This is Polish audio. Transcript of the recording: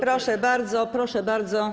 Proszę bardzo, proszę bardzo.